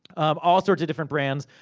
all sorts of different brands.